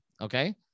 Okay